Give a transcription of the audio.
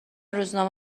روزنامه